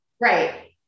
Right